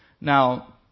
Now